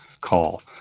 call